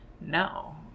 No